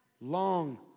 Long